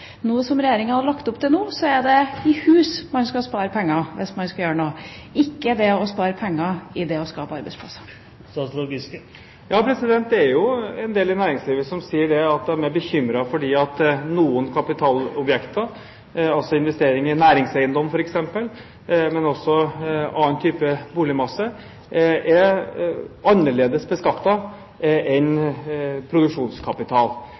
som Regjeringa har lagt opp til nå, er at man skal spare penger i hus hvis man skal gjøre noe, ikke spare penger for å skape arbeidsplasser. Det er en del i næringslivet som sier at de er bekymret for at noen kapitalobjekter, f.eks. investering i næringseiendom, men også annen type boligmasse, er annerledes beskattet enn produksjonskapital.